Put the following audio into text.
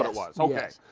um was. okay,